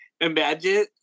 imagine